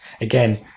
again